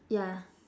ya